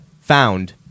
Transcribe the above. found